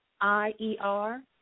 I-E-R